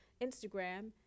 Instagram